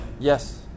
Yes